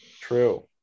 True